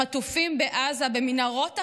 חטופים בעזה במנהרות החמאס,